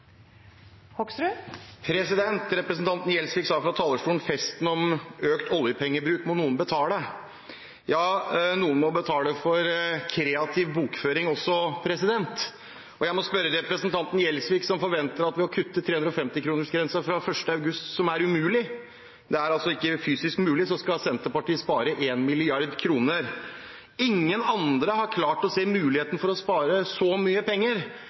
klimautfordringene. Representanten Gjelsvik sa fra talerstolen at noen må betale festen med økt oljepengebruk. Ja, noen må betale for kreativ bokføring også. Jeg må spørre representanten Gjelsvik, som forventer at Senterpartiet kan spare 1 mrd. kr ved å kutte 350-kronersgrensen fra 1. august, noe som er umulig – det er altså ikke fysisk mulig: Ingen andre har klart å se muligheten for å spare så